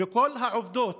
וכל העובדות